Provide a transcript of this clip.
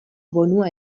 bonua